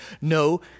No